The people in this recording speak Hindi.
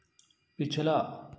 पिछला